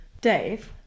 Dave